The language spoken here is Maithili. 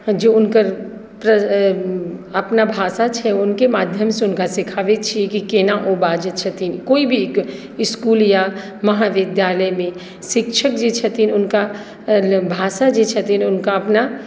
जे हुनकर अपना भाषा छै हुनके माध्यमसँ हुनका सिखाबैत छी कि केना ओ बाजैत छथिन कोई भी इस्कुल या महाविद्यालयमे शिक्षक जे छथिन हुनकर भाषा जे छथिन हुनका अपना